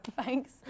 Thanks